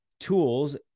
tools